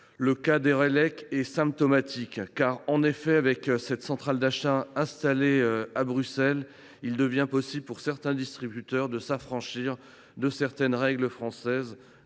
Le cas d’Eurelec est symptomatique. En effet, avec cette centrale d’achat installée à Bruxelles, il devient possible pour certains distributeurs de s’affranchir de certaines règles françaises,